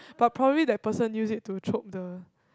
but probably that person used it to chop the